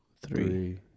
three